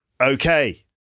Okay